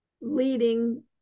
leading